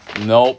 nope